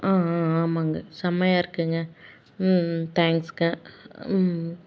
ஆ ஆ ஆமாங்க செம்மையா இருக்குதுங்க ம் ம் தேங்க்ஸ்ங்க ம்